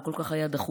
מה כל כך היה דחוף?